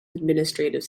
administrative